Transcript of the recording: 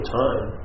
time